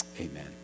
Amen